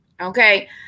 Okay